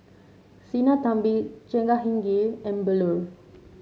Sinnathamby Jehangirr and Bellur